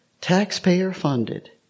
taxpayer-funded